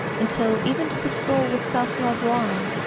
until, even to the soul with self-love wan,